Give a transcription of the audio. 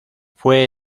fue